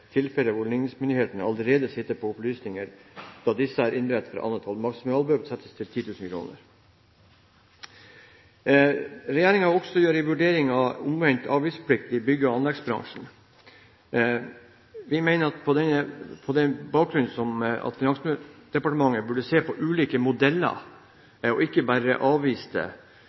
ligningsmyndighetene allerede sitter på opplysningene da disse er innberettet fra annet hold. Maksimalbeløpet settes til 10 000 kr.» Regjeringen gjør også en vurdering av omvendt avgiftsplikt i bygge- og anleggsbransjen. Vi mener at Finansdepartementet, i samråd med næringslivet, burde se på ulike modeller – og ikke bare